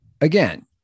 again